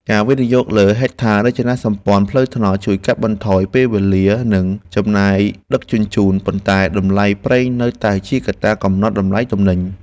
ការវិនិយោគលើហេដ្ឋារចនាសម្ព័ន្ធផ្លូវថ្នល់ជួយកាត់បន្ថយពេលវេលានិងចំណាយដឹកជញ្ជូន ប៉ុន្តែតម្លៃប្រេងនៅតែជាកត្តាកំណត់តម្លៃទំនិញ។